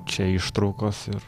čia ištraukos ir